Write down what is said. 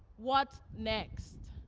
what next?